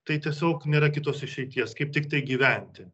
tai tiesiog nėra kitos išeities kaip tiktai gyventi